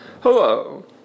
Hello